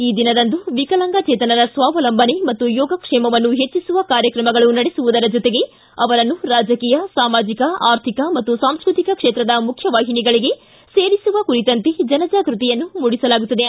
ಈ ದಿನದಂದು ವಿಕಲಾಂಗಚೇತನರ ಸ್ವಾವಲಂಬನೆ ಮತ್ತು ಯೋಗ ಕ್ಷೇಮವನ್ನು ಹೆಚ್ಚಿಸುವ ಕಾರ್ಯಕ್ರಮಗಳು ನಡೆಸುವುದರ ಜತೆಗೆ ಅವರನ್ನು ರಾಜಕೀಯ ಸಾಮಾಜಿಕ ಅರ್ಥಿಕ ಮತ್ತು ಸಾಂಸ್ಕೃತಿಕ ಕ್ಷೇತ್ರದ ಮುಖ್ಯವಾಹಿನಿಗಳಿಗೆ ಸೇರಿಸುವ ಕುರಿತಂತೆ ಜನಜಾಗೃತಿಯನ್ನು ಮೂಡಿಸಲಾಗುತ್ತದೆ